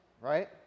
Right